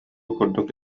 курдук